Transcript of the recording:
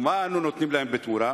ומה אנו נותנים להם בתמורה?